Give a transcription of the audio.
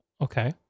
Okay